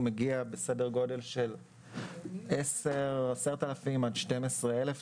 הוא מגיע בסדר גודל של 10,000 12,000 שקל,